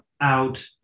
out